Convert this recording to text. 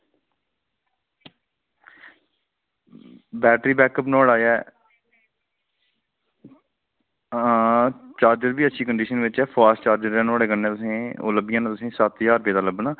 battery backup नुहाड़ा ऐ हां चार्जर बी अच्छी कंडीशन बिच्च ऐ फॉस्ट चार्जर ऐ नुहाड़े कन्नै तुसेंगी ओह् लब्भी जाना तुसेंगी सत्त ज्हार दा लब्भना